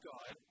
God